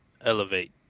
elevate